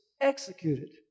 executed